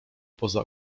poza